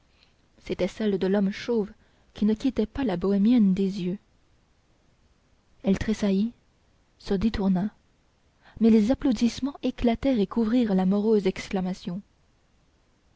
c'était celle de l'homme chauve qui ne quittait pas la bohémienne des yeux elle tressaillit se détourna mais les applaudissements éclatèrent et couvrirent la morose exclamation